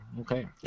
okay